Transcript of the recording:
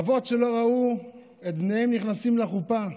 אבות שלא ראו את בניהם נכנסים לחופה,